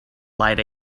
late